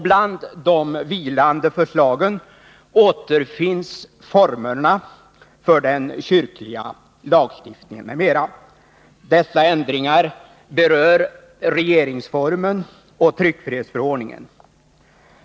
Bland de vilande förslagen återfinns frågan om formerna för den kyrkliga lagstiftningen m.m. Dessa ändringar berör regeringsformen och tryckfrihetsförordningen.